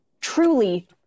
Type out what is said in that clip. truly